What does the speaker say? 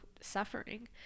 suffering